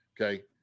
Okay